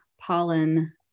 pollen